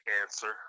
answer